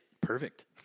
perfect